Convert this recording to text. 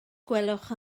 gwelwch